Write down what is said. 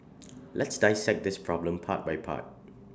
let's dissect this problem part by part